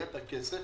היה כסף.